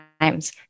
times